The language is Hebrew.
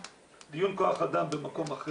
דיון כוח אדם במקום אחר.